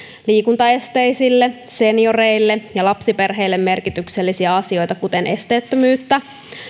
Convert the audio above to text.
liikuntaesteisille senioreille ja lapsiperheille merkityksellisiä asioita kuten esteettömyyttä